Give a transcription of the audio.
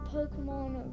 Pokemon